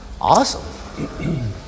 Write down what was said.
Awesome